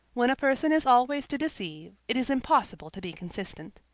when a person is always to deceive, it is impossible to be consistent.